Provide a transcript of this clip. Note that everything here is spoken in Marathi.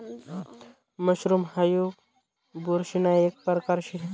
मशरूम हाऊ बुरशीना एक परकार शे